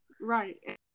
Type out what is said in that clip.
Right